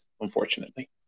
unfortunately